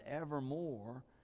evermore